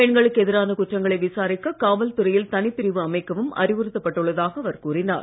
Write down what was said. பெண்களுக்கு எதிரான குற்றங்களை விசாரிக்க காவல் துறையில் தனிப் பிரிவு அமைக்கவும் அறிவுறுத்தப் பட்டுள்ளதாக அவர் கூறினார்